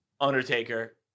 Undertaker